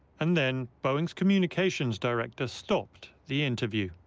and then, boeing's communications director stopped the interview.